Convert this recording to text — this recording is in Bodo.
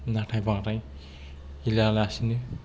नाथाय बांद्राय गेलेयालासिनो